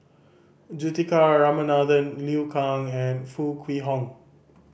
Juthika Ramanathan Liu Kang and Foo Kwee Horng